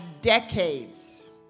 decades